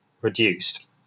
reduced